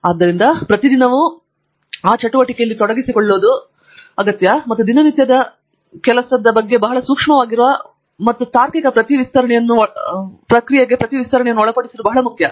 ಆದ್ದರಿಂದ ಪ್ರತಿದಿನವೂ ಆ ಗಂಟೆಗಳಲ್ಲಿ ತೊಡಗಿಸಿಕೊಳ್ಳುವುದು ಮತ್ತು ದಿನನಿತ್ಯದ ಕೆಲಸದ ಬಗ್ಗೆ ಬಹಳ ಸೂಕ್ಷ್ಮವಾಗಿರುವ ಮತ್ತು ತಾರ್ಕಿಕ ಪ್ರಕ್ರಿಯೆಗೆ ಪ್ರತಿ ವಿಸ್ತರಣೆಯನ್ನು ಒಳಪಡಿಸುವುದು ಬಹಳ ಮುಖ್ಯ